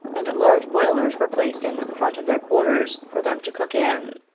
and large boilers were placed in front of their quarters for them to cook in.